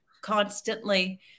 constantly